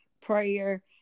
prayer